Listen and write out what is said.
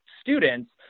students